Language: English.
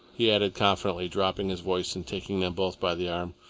he added confidentially, dropping his voice and taking them both by the arm,